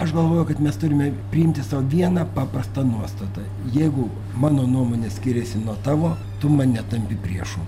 aš galvoju kad mes turime priimti sau vieną paprastą nuostatą jeigu mano nuomonė skiriasi nuo tavo tu man netampi priešu